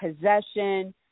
possession